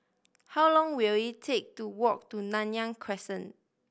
how long will it take to walk to Nanyang Crescent